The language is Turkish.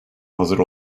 hazır